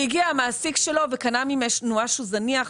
הגיע המעסיק שלו וקנה ממנו משהו זניח,